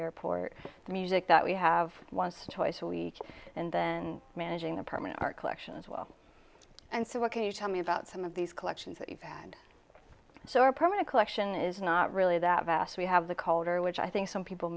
airport the music that we have once or twice a week and then managing apartment our collections well and so what can you tell me about some of these collections that you've had so our permanent collection is not really that vast we have the culture which i think some people